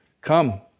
come